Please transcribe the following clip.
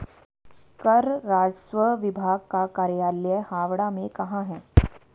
कर राजस्व विभाग का कार्यालय हावड़ा में कहाँ है?